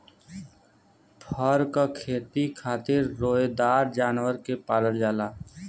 फर क खेती खातिर रोएदार जानवर के पालल जाला